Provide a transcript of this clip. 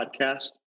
podcast